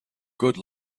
good